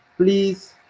please,